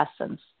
essence